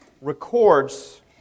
records